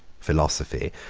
philosophy,